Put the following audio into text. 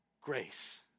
grace